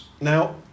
Now